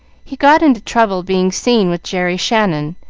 he got into trouble being seen with jerry shannon.